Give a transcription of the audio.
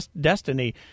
destiny